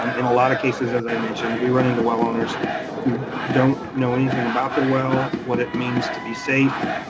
um in a lot of cases, as i mentioned, we run into well owners who don't know anything about their well, what it means to be safe,